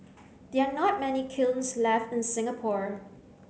there are not many kilns left in Singapore